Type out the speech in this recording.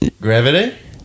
Gravity